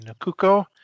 Nakuko